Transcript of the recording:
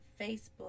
Facebook